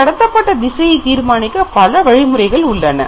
இந்தக் கதிர்கள் கடத்தப்பட்ட திசையை தீர்மானிக்க பல வழிமுறைகள் உள்ளன